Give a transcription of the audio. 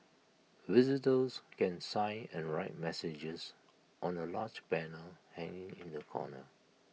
visitors can sign and write messages on A large banner hanging in the corner